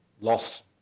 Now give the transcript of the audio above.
lost